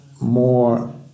more